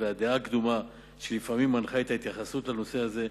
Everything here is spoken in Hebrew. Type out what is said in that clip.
והדעה הקדומה שלפעמים מנחה את ההתייחסות לנושא הזה,